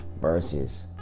versus